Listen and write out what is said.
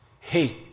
hate